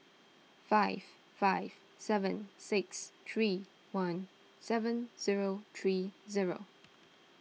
five five seven six three one seven zero three zero